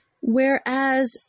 whereas